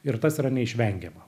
ir tas yra neišvengiama